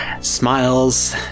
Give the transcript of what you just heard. smiles